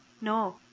No